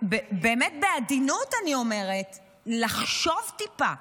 בעדינות אני אומרת, לחשוב טיפה,